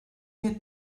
mir